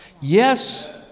yes